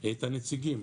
את הנציגים